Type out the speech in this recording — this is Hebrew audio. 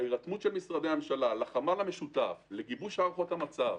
ההירתמות של משרדי הממשלה לחמ"ל המשותף ולגיבוש החלטות המצב,